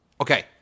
Okay